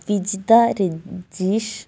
Vijitha Ranjeesh